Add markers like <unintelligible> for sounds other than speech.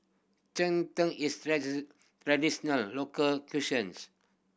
cheng tng is <unintelligible> local <unintelligible>